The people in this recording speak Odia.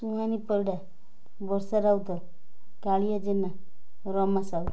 ସୁହାନୀ ପରିଡ଼ା ବର୍ଷା ରାଉତ କାଳିଆ ଜେନା ରମା ସାହୁ